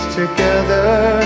together